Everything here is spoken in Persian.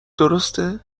درسته